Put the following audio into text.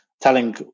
telling